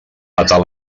petar